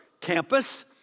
campus